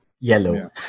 Yellow